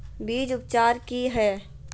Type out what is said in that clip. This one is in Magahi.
बीज उपचार कि हैय?